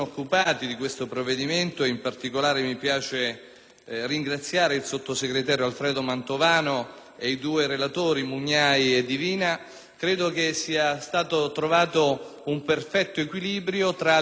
ringraziare il sottosegretario Alfredo Mantovano e i due relatori Mugnai e Divina), sia stato trovato un perfetto equilibrio tra le esigenze di tutela dei diritti di *habeas corpus*